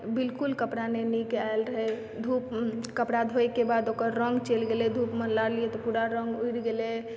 बिल्कुल कपड़ा नहि नीक आयल रहै धुप कपड़ा धोएके बाद ओकर रङ्ग चलि गेलै तऽ पुरा रङ्ग उड़ि गेलै